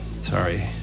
Sorry